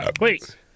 Wait